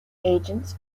agents